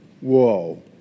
whoa